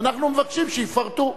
ואנחנו מבקשים שיפרטו.